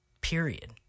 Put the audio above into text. period